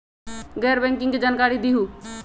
गैर बैंकिंग के जानकारी दिहूँ?